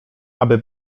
aby